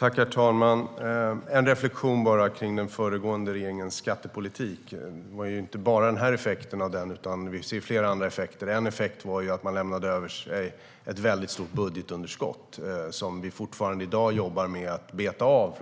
Herr talman! Bara en reflektion kring den föregående regeringens skattepolitik. Det var ju inte bara den här effekten av den, utan vi ser flera andra effekter. En effekt var att man lämnade efter sig ett stort budgetunderskott som vi från regeringens sida i dag fortfarande jobbar med att beta av.